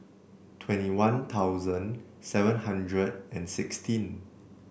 twenty One Thousand seven hundred and sixteen